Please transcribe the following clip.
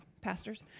pastors